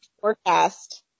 forecast